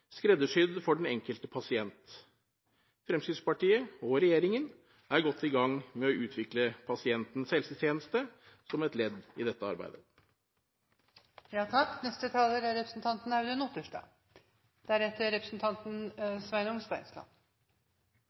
skreddersydd for den enkelte pasient. Fremskrittspartiet og regjeringen er godt i gang med å utvikle pasientens helsetjeneste, som et ledd i dette arbeidet.